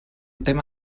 tema